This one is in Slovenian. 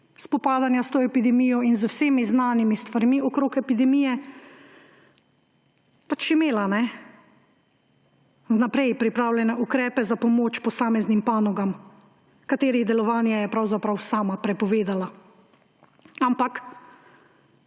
spopadanja s to epidemijo in z vsemi znanimi stvarmi okrog epidemije, imela vnaprej pripravljene ukrepe za pomoč posameznim panogam, katerih delovanje je pravzaprav sama prepovedala. Ampak,